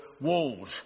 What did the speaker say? walls